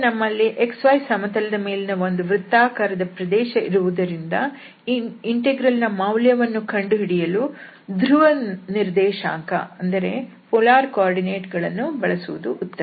ಈಗ ನಮ್ಮಲ್ಲಿ xy ಸಮತಲದ ಮೇಲಿನ ಒಂದು ವೃತ್ತಾಕಾರದ ಪ್ರದೇಶ ಇರುವುದರಿಂದ ಈ ಇಂಟೆಗ್ರಲ್ ನ ಮೌಲ್ಯ ಕಂಡುಹಿಡಿಯಲು ಧ್ರುವ ನಿರ್ದೇಶಾಂಕ ಗಳನ್ನು ಬಳಸುವುದು ಉತ್ತಮ